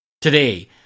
Today